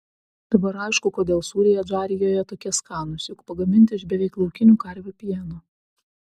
dabar aišku kodėl sūriai adžarijoje tokie skanūs juk pagaminti iš beveik laukinių karvių pieno